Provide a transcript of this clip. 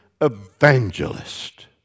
evangelist